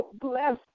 Bless